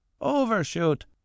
overshoot